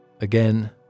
again